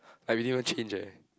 I really want change eh